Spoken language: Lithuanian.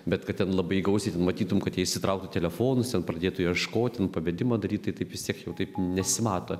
bet kad ten labai gausiai matytum kad jie išsitrauktų telefonus ten pradėtų ieškoti pavedimą daryt tai taip vis tiek jau taip nesimato